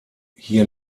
hier